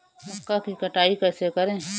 मक्का की कटाई कैसे करें?